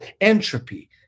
entropy